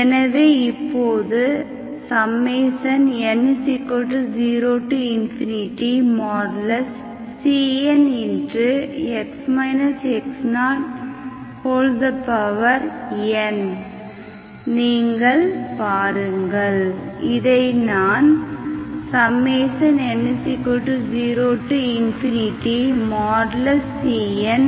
எனவே இப்போது n 0|cnn| நீங்கள் பாருங்கள் இதை நான் n 0| cn|ncncn